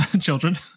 Children